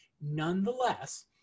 nonetheless